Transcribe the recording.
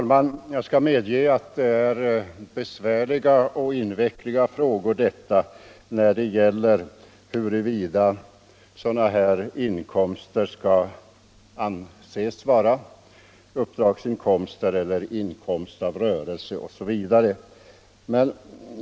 Herr talman! Jag skall medge att det är en besvärlig och invecklad fråga att avgöra, huruvida sådana här inkomster skall anses vara uppdragsinkomster eller inkomst av rörelse, osv.